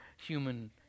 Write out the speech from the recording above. human